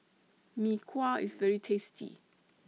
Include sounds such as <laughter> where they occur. Mee Kuah <noise> IS very tasty